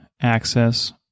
access